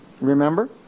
remember